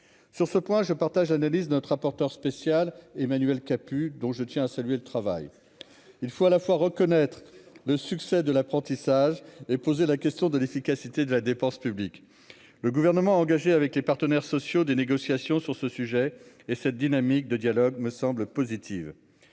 sur ce point, je partage, analyse de notre rapporteur spécial Emmanuel Capus, dont je tiens à saluer le travail, il faut à la fois reconnaître le succès de l'apprentissage et poser la question de l'efficacité de la dépense publique, le gouvernement a engagé avec les partenaires sociaux, des négociations sur ce sujet et cette dynamique de dialogues me semble positive,